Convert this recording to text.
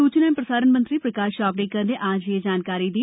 सूचना एवं प्रसारण मंत्री प्रकाश जावडेकर ने आज यह जानकारी दी